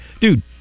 dude